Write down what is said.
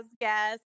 guest